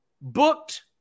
booked